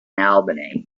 albany